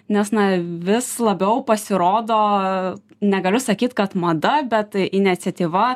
nes na vis labiau pasirodo negaliu sakyt kad mada bet iniciatyva